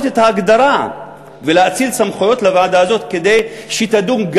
את ההגדרה ולהאציל סמכויות לוועדה הזאת כדי שתדון,